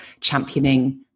championing